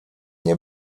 nie